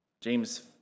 James